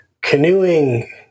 canoeing